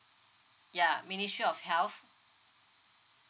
ya ministry of health